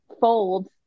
fold